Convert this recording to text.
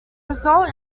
result